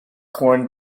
corn